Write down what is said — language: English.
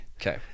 Okay